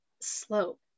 slope